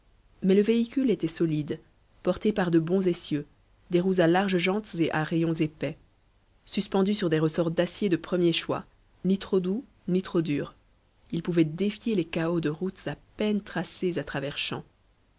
mais le véhicule était solide porté par de bons essieux des roues à larges jantes et à rayons épais suspendu sur des ressorts d'acier de premier choix ni trop doux ni trop durs il pouvait défier les cahots de routes à peine tracées à travers champs